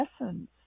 essence